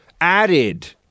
added